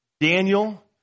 Daniel